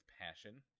passion